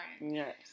Yes